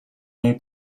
niej